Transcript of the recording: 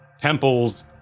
temples